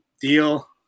deal